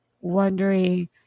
wondering